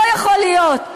לא יכול להיות,